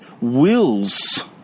wills